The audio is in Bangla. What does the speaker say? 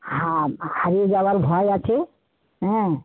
হ্যাঁ হারিয়ে যাওয়ার ভয় আছে হ্যাঁ